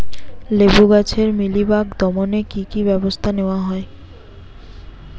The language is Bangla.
লেবু গাছে মিলিবাগ দমনে কী কী ব্যবস্থা নেওয়া হয়?